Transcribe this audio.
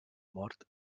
mort